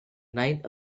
night